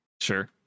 Sure